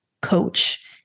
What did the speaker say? coach